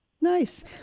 Nice